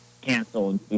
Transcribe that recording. canceled